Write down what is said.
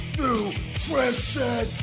nutrition